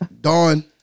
Dawn